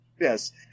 Yes